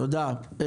תודה.